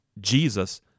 Jesus